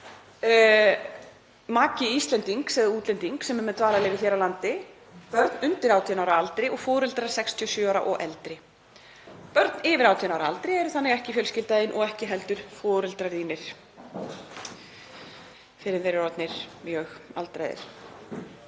eða útlendings sem er með dvalarleyfi hér á landi, börn undir 18 ára aldri og foreldrar 67 ára og eldri. Börn yfir 18 ára aldri eru þannig ekki fjölskylda þín og ekki heldur foreldrar þínir fyrr en þeir eru orðnir mjög aldraðir.